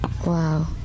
Wow